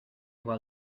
while